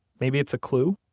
maybe it's a clue?